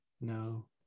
no